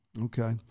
Okay